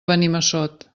benimassot